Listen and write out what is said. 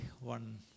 one